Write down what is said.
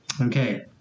Okay